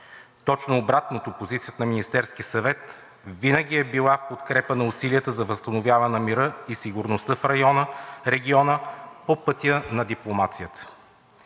точно обратното – позицията на Министерския съвет винаги е била в подкрепа на усилията за възстановяване на мира и сигурността в региона по пътя на дипломацията.